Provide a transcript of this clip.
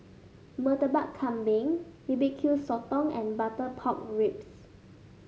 Murtabak Kambing B B Q Sotong and Butter Pork Ribs